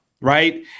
right